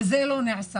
וזה לא נעשה.